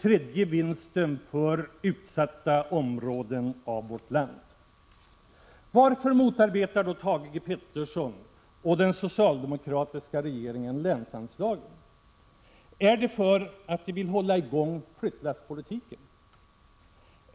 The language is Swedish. tredje vinsten för utsatta områden av vårt land. Varför motarbetar då Thage G. Peterson och den socialdemokratiska regeringen länsanslagen? Är det för att de vill hålla i gång flyttlasspolitiken?